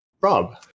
Rob